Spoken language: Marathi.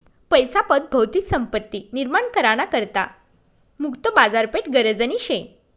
पैसा पत भौतिक संपत्ती निर्माण करा ना करता मुक्त बाजारपेठ गरजनी शे